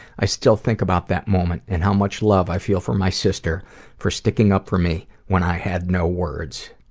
i still think about that moment, and how much love i feel for my sister for sticking up for me when i had no words.